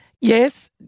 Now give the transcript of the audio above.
Yes